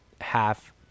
half